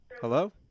hello